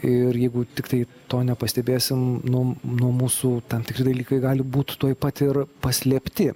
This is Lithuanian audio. ir jeigu tiktai to nepastebėsim nuo nuo mūsų tam tikri dalykai gali būti tuoj pat ir paslėpti